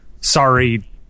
Sorry